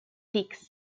peaks